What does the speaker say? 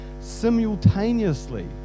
simultaneously